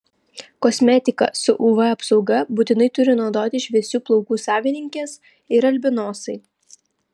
kosmetiką su uv apsauga būtinai turi naudoti šviesių plaukų savininkės ir albinosai